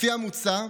לפי המוצע,